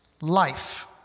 Life